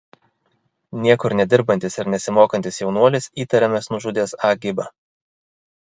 niekur nedirbantis ir nesimokantis jaunuolis įtariamas nužudęs a gibą